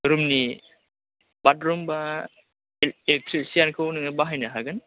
रुमनि बाटरुम बा थ्रेसियानखौ नोङो बाहायनो हागोन